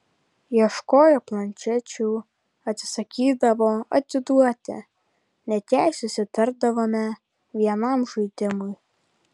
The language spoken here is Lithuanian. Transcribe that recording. ieškojo planšečių atsisakydavo atiduoti net jei susitardavome vienam žaidimui